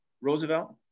Roosevelt